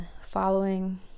following